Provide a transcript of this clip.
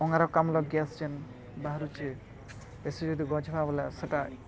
ଅଙ୍ଗାରକାମ୍ଲ gas ଯେନ୍ ବାହାରୁଛେ ବେଶୀ ଯଦି ଗଛ୍ ଲଗାବା ବୋଲେ ସେଟା